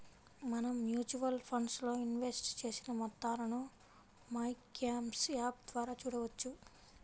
మనం mutual funds లో invest చేసిన మొత్తాలను మైక్యామ్స్ యాప్ ద్వారా చూడవచ్చు